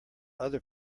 other